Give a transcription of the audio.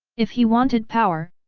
if he wanted power,